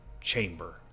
chamber